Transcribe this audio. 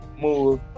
move